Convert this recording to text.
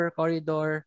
corridor